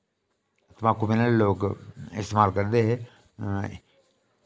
तमाकू पीने आह्ले लोक इस्तेमाल करदे हे